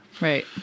Right